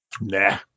Nah